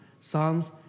Psalms